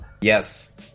Yes